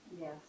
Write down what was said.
Yes